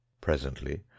presently